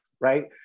right